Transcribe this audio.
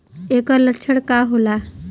ऐकर लक्षण का होला?